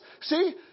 See